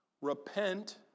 Repent